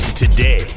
Today